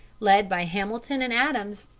led by hamilton and adams,